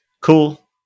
cool